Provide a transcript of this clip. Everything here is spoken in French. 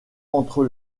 entre